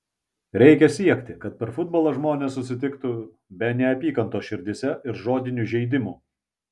reikia siekti kad per futbolą žmonės susitiktų be neapykantos širdyse ir žodinių žeidimų